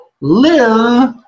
live